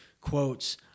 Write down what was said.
quotes